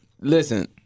Listen